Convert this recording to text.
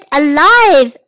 alive